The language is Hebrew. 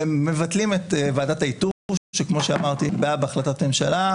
מבטלים את ועדת האיתור שכמו שאמרתי באה בהחלטת ממשלה.